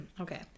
Okay